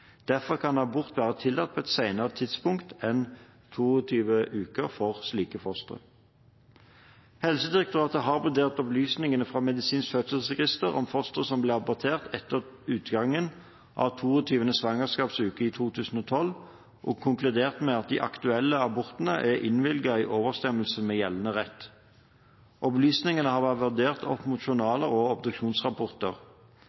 fostre. Helsedirektoratet har vurdert opplysningene fra Medisinsk fødselsregister om fostre som ble abortert etter utgangen av 22. svangerskapsuke i 2012, og konkluderer med at de aktuelle abortene er innvilget i overensstemmelse med gjeldende rett. Opplysningene har vært vurdert opp mot